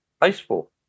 baseball